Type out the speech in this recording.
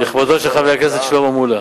לכבודו של חבר הכנסת שלמה מולה.